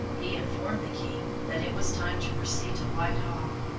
he informed the king that it was time to proceed to whitehall,